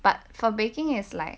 but for baking is like